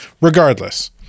regardless